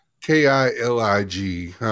K-I-L-I-G